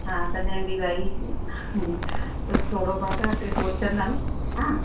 हा तॾहिं बि भाई त थोरो मां तव्हांखे सोचींदमि हा